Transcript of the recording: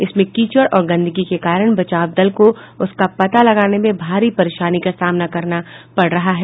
इसमें कीचड़ और गंदगी के कारण बचाव दल को उसका पता लगाने में भारी परेशानी का सामना करना पड़ रहा है